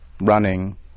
running